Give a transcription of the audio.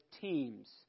teams